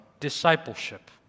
discipleship